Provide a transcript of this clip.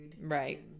Right